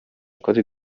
cote